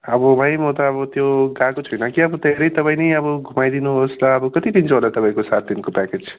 अब भाइ म त अब त्यो गएको छुइनँ कि अब धेरै तपाईँ नै अब घुमाइदिनुहोस् र अब कति लिन्छ होला तपाईँको सात दिनको प्याकेज